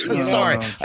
sorry